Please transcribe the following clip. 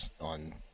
on